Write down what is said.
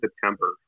September